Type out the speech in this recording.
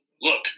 Look